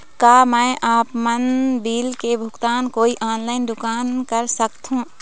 का मैं आपमन बिल के भुगतान कोई ऑनलाइन दुकान कर सकथों?